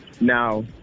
Now